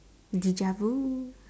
Dejavu